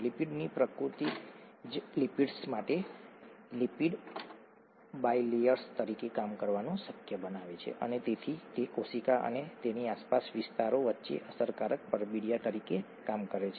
લિપિડની પ્રકૃતિ જ લિપિડ્સ માટે લિપિડ બાયલેયર્સ તરીકે કામ કરવાનું શક્ય બનાવે છે અને તેથી તે કોશિકા અને તેની આસપાસના વિસ્તારો વચ્ચે અસરકારક પરબિડીયા તરીકે કામ કરે છે